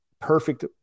perfect